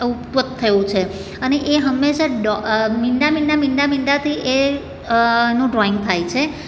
ઉત્ત્પત થયું છે અને એ હંમેશા ડોટ મીંડા મીંડા મીંડાથી એનું ડ્રોઈંગ થાય છે